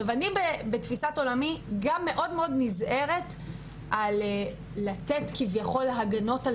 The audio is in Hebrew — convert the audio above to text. אני בתפיסת עולמי גם מאוד מאוד נזהרת לתת כביכול הגנות על